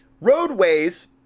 Roadways